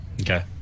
Okay